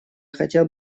хотел